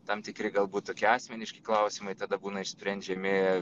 tam tikri galbūt tokie asmeniški klausimai tada būna išsprendžiami